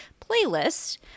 playlist